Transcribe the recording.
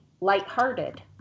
Lighthearted